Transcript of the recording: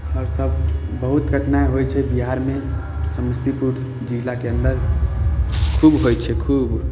आओर सब बहुत कठिनाइ होइ छै बिहारमे समस्तीपुर जिलाके अन्दर खूब होइ छै खूब